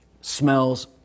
smells